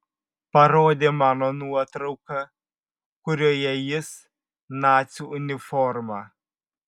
parodė mano nuotrauką kurioje jis nacių uniforma